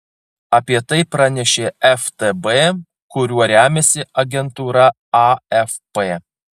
apie tai pranešė ftb kuriuo remiasi agentūra afp